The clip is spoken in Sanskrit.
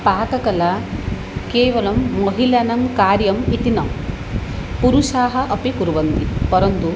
पाककला केवलं महिलानां कार्यम् इति न पुरुषाः अपि कुर्वन्ति परन्तु